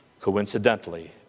Coincidentally